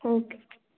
okay